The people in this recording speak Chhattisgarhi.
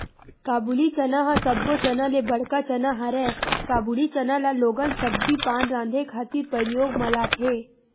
काबुली चना ह सब्बो चना ले बड़का चना हरय, काबुली चना ल लोगन सब्जी पान राँधे खातिर परियोग म लाथे